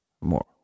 more